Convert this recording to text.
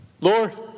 Lord